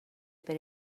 per